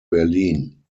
berlin